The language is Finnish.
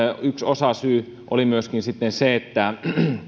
yksi osasyy oli myöskin sitten se että